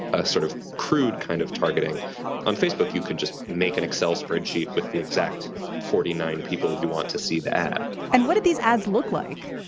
a sort of crude kind of targeting on facebook. you could just make an excel spreadsheet with the exact forty nine people you want to see the ad and what did these ads look like?